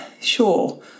sure